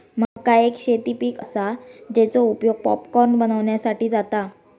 मका एक शेती पीक आसा, तेचो उपयोग पॉपकॉर्न बनवच्यासाठी जाता